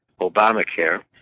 Obamacare